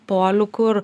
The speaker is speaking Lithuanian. polių kur